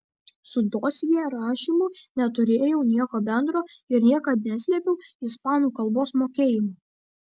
su dosjė rašymu neturėjau nieko bendro ir niekad neslėpiau ispanų kalbos mokėjimo